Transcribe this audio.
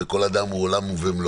וכל אדם הוא עולם ומלואו,